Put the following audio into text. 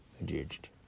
Adjudged